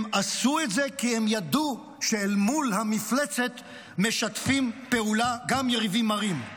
הם עשו את זה כי הם ידעו שאל מול המפלצת משתפים פעולה גם יריבים מרים.